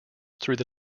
through